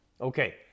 Okay